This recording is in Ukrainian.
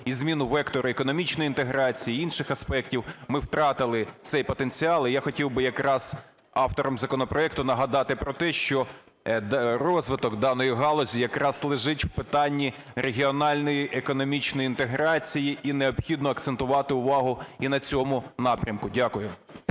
і зміну вектору економічної інтеграції і інших аспектів ми втратили цей потенціал, і я хотів би якраз авторам законопроекту нагадати про те, що розвиток даної галузі якраз лежить в питанні регіональної економічної інтеграції, і необхідно акцентувати увагу, і на цьому напрямку. Дякую.